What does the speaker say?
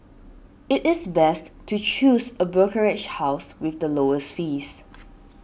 it is best to choose a brokerage house with the lowest fees